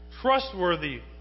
trustworthy